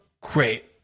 great